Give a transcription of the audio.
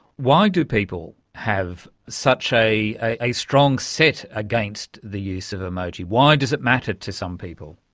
why do people have such a a strong set against the use of emoji? why does it matter to some people?